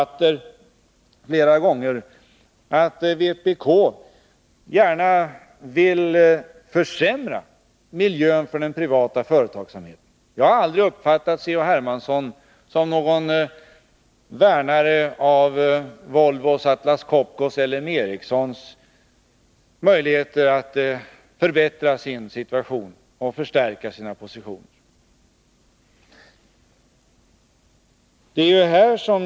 Tvärtom har jag flera gånger i debatten noterat att vpk gärna vill försämra miljön för den privata företagsamheten. Jag har aldrig uppfattat C.-H. Hermansson som någon värnare av Volvos, Atlas Copcos eller LM Ericssons möjligheter att förbättra sin situation och förstärka sina positioner!